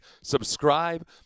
subscribe